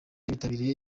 bitabiriye